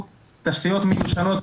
תשתיות מיושנות,